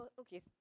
Okay